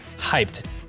hyped